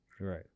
right